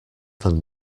than